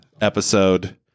episode